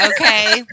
okay